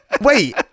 wait